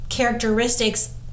Characteristics